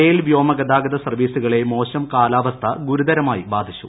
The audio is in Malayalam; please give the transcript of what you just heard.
റെയിൽ വ്യോമ ഗതാഗത സർവ്വീസുകളെ മോശം കാലാവസ്ഥാ ഗുരുതരമായി ബാധിച്ചു